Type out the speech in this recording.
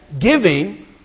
giving